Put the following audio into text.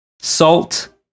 salt